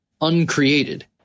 uncreated